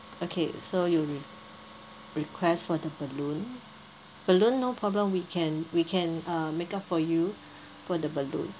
okay so you re~ request for the balloon balloon no problem we can we can uh make up for you for the balloon